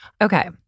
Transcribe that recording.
Okay